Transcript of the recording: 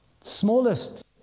smallest